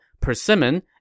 persimmon